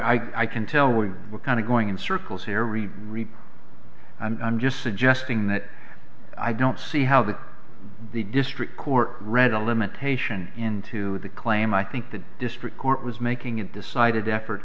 now i can tell we were kind of going in circles here read reports i'm just suggesting that i don't see how the the district court read a limitation into the claim i think the district court was making a decided effort